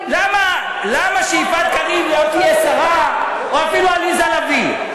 למה שיפעת קריב לא תהיה שרה, או אפילו עליזה לביא?